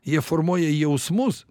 jie formuoja jausmus